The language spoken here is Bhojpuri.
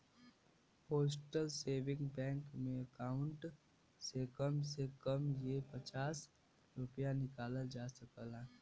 पोस्टल सेविंग बैंक में अकाउंट से कम से कम हे पचास रूपया निकालल जा सकता